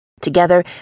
Together